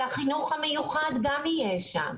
על החינוך המיוחד גם יהיה שם.